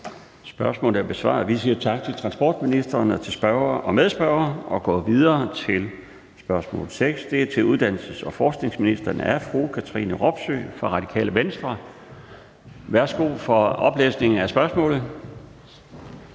Spørgsmålet er besvaret. Vi siger tak til transportministeren og til spørgeren og medspørgeren. Vi går videre til spørgsmål nr. 6, som er til uddannelses- og forskningsministeren af fru Katrine Robsøe fra Radikale Venstre. Kl. 13:46 Spm. nr. S 430 (omtrykt)